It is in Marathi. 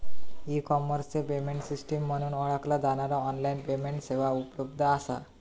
ई कॉमर्स पेमेंट सिस्टम म्हणून ओळखला जाणारा ऑनलाइन पेमेंट सेवा उपलब्ध असा